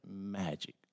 magic